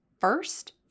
first